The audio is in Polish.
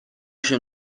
się